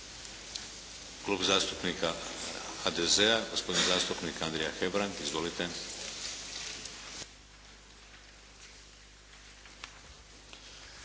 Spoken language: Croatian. Klub zastupnika HDZ-a, gospodin zastupnik Andrija Hebrang. Izvolite.